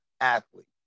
athlete